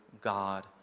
God